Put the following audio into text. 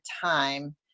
time